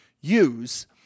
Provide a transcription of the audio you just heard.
use